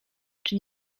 czy